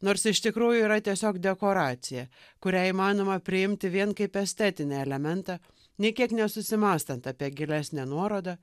nors iš tikrųjų yra tiesiog dekoracija kurią įmanoma priimti vien kaip estetinį elementą nei kiek nesusimąstant apie gilesnę nuorodą